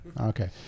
Okay